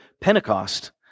Pentecost